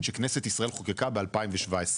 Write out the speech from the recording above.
שישראל חוקקה ב-2017.